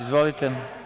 Izvolite.